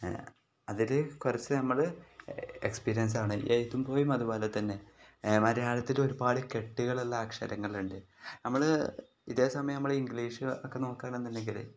അതിൽ കുറച്ച് നമ്മൾ എക്സ്പീരിയൻസ് ആണ് എഴുതുമ്പോഴും അതുപോലെ തന്നെ മലയാളത്തിൽ ഒരുപാട് കെട്ടുകളുള്ള അക്ഷരങ്ങളുണ്ട് നമ്മൾ ഇതേ സമയം നമ്മൾ ഇംഗ്ലീഷ് ഒക്കെ നോക്കുകയാണെന്ന് ഉണ്ടെങ്കിൽ